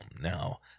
Now